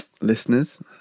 listeners